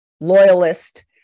loyalist